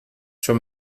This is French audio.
sur